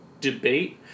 debate